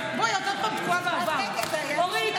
את